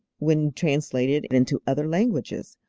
when translated into other languages.